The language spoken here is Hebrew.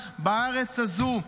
בארץ הזו,